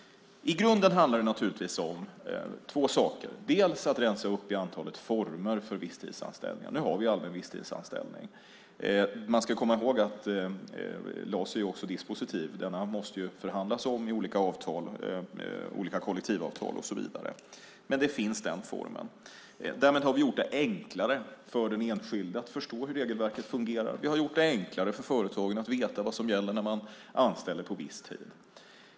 I grunden handlar det naturligtvis om två saker. Det handlar om att rensa upp i antalet former för visstidsanställningar. Nu har vi allmän visstidsanställning. Man ska komma ihåg att LAS är dispositiv; den måste förhandlas om i olika kollektivavtal och så vidare. Den formen finns alltså. Därmed har vi gjort det enklare för den enskilde att förstå hur regelverket fungerar. Vi har gjort det enklare för företagen att veta vad som gäller när de anställer på viss tid.